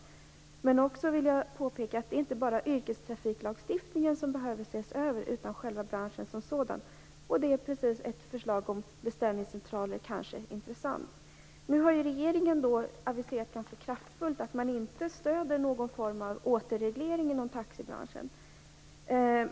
Jag vill också peka på att det inte bara är yrkestrafiklagstiftningen som behöver ses över. Hela branschen behöver ses över. Då är kanske förslaget om beställningscentraler intressant. Nu har regeringen ganska kraftfullt aviserat att man inte stöder någon form av återreglering inom taxibranschen.